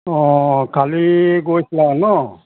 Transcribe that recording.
অ' কালি গৈছিলা ন'